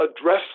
address